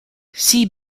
see